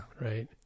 Right